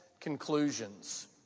conclusions